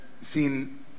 seen